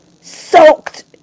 soaked